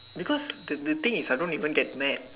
because the the thing is I don't even get mad